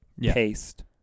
paste